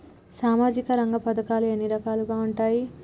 సామాజిక రంగ పథకాలు ఎన్ని రకాలుగా ఉంటాయి?